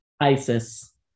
Isis